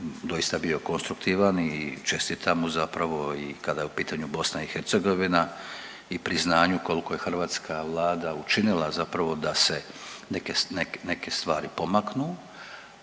doista bio konstruktivan i čestitam mu zapravo i kada je u pitanju BiH i priznanju koliko je hrvatska vlada učinila zapravo da se neke stvari pomaknu,